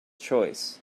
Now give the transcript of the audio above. choice